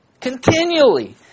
continually